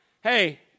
Hey